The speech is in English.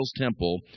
temple